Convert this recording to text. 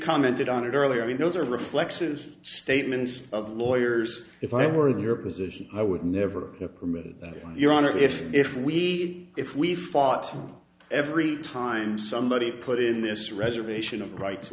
commented on it earlier i mean those are reflexive statements of lawyers if i were in your position i would never have your honor if if we if we fought every time somebody put in this reservation of rights